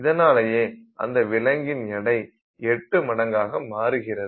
இதனாலேயே அந்த விலங்கின் எடை எட்டு மடங்காக மாறுகிறது